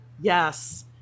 Yes